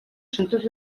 centres